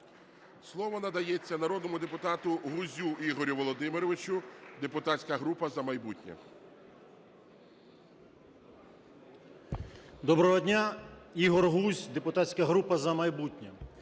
Слово надається народному депутату Гузю Ігорю Володимировичу, депутатська група "За майбутнє". 10:26:47 ГУЗЬ І.В. Доброго дня! Ігор Гузь, депутатська група "За майбутнє".